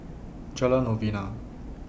Jalan Novena